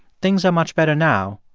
things are much better now,